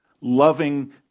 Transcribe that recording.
loving